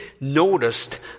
noticed